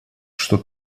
что